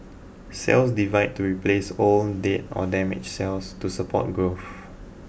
cells divide to replace old dead or damaged cells to support growth